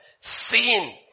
seen